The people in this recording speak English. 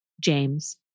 James